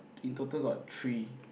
in total got three